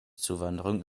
zuwanderung